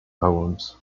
poems